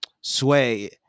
Sway